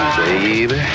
baby